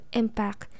impact